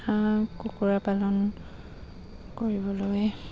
হাঁহ কুকুৰা পালন কৰিবলৈ